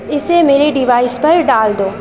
اسے میرے ڈیوائس پر ڈال دو